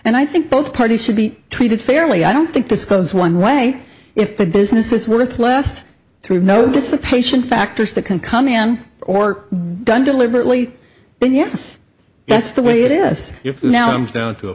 and i think both parties should be treated fairly i don't think this goes one way if the business is worth less through notice a patient factors that can come in or done deliberately but yes that's the way it is now i'm down to a